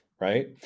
right